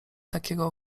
takiego